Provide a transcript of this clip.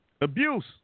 Abuse